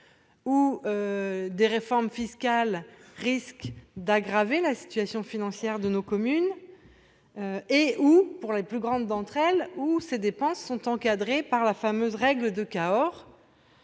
où des réformes fiscales risque d'aggraver la situation financière de nos communes et où, pour les plus grandes d'entre elles ou ces dépenses sont encadrés par la fameuse règle de Cahors